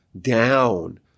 down